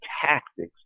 tactics